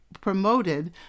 promoted